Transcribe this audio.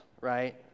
right